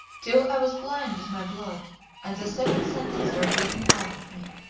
till i was blind with my blood and the seven senses were beaten out of me.